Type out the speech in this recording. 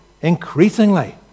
increasingly